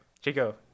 Chico